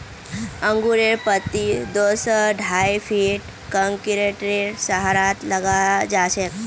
अंगूरेर लत्ती दो स ढाई फीटत कंक्रीटेर सहारात लगाछेक